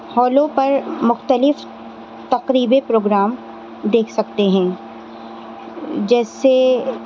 ہولو پر مختلف تقریبی پروگرام دیکھ سکتے ہیں جیسے